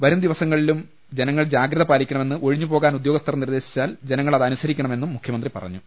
വരും ദിവസങ്ങളിലും ജന ങ്ങൾ ജാഗ്രത പാലിക്കണമെന്ന് ഒഴിഞ്ഞുപോകാൻ ഉദ്യോഗസ്ഥർ നിർദ്ദേശിച്ചാൽ ജനങ്ങൾ അത് അനുസരിക്കണമെന്നും മുഖ്യ മന്ത്രി പറഞ്ഞു